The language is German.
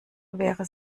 wäre